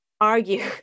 argue